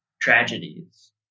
tragedies